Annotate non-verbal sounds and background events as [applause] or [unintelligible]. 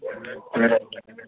[unintelligible]